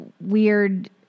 weird